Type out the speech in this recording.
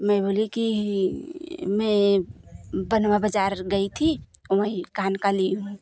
मैं बोली कि मैं बनवा बाज़ार गई थी वहीं पर कान का ली हूँ